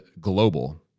global